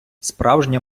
справжня